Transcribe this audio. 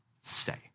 say